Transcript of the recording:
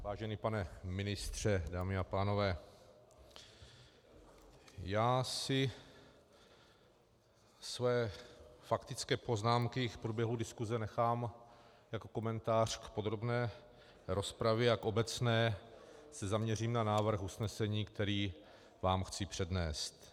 Vážený pane ministře, dámy a pánové, já si své faktické poznámky k průběhu diskuse nechám jako komentář k podrobné rozpravě a v obecné se zaměřím na návrh usnesení, který vám chci přednést.